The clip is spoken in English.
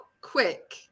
quick